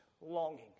longing